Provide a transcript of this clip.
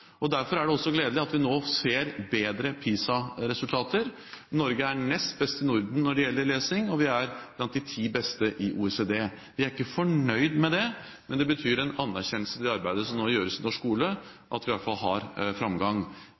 og vi er blant de ti beste i OECD. Vi er ikke fornøyd med det, men det betyr en anerkjennelse av det arbeidet som nå gjøres i norsk skole, at vi i hvert fall har framgang.